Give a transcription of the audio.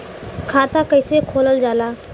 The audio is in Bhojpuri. खाता कैसे खोलल जाला?